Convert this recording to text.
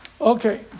Okay